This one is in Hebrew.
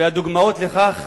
ודוגמאות לכך